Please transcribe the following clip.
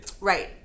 right